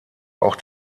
auch